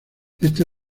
esta